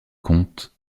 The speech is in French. comte